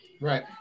Right